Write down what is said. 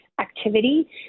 activity